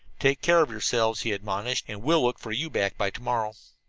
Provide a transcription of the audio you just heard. take care of yourselves, he admonished, and we'll look for you back by to-morrow.